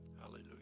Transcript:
Hallelujah